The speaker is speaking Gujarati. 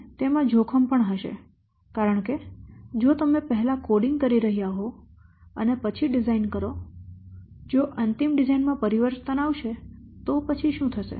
અને તેમાં જોખમ પણ હશે કારણ કે જો તમે પહેલા કોડિંગ કરી રહ્યા હો અને પછી ડિઝાઇન કરો જો અંતિમ ડિઝાઇન માં પરિવર્તન આવશે તો પછી શું થશે